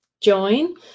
join